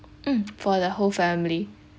mm for the whole family